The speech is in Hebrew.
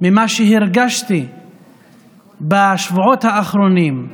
ממה שהרגשתי בשבועות האחרונים,